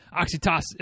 oxytocin